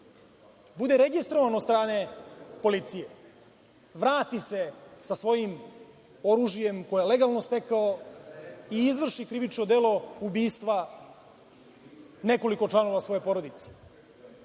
bude registrovan od strane policije, vrati se sa svojim oružjem koje je legalno stekao i izvrši krivično delo ubistva nekoliko članova svoje porodice.